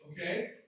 okay